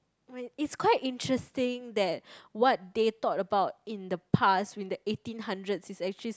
it's quite interesting that what they thought about in the past in the eighteen hundreds is actually